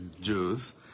Jews